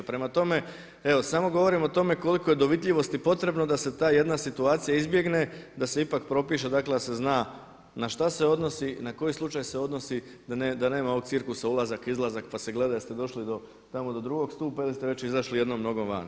Prema tome, evo samo govorim o tome koliko je dovitljivosti potrebno da se ta jedna situacija izbjegne, da se ipak propiše dakle da se zna na šta se odnosi, na koji slučaj se odnosi, da nema ovog cirkusa, ulazak, izlazak, pa se gleda jeste li došli tamo do drugog stupa ili ste već izašli jednom nogom van.